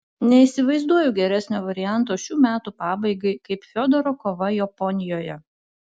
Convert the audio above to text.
neįsivaizduoju geresnio varianto šių metų pabaigai kaip fiodoro kova japonijoje